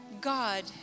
God